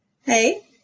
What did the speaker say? hey